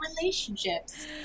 relationships